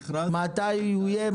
מתי הוא יהיה?